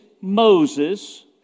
Moses